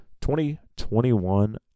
2021